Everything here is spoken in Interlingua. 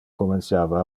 comenciava